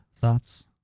thoughts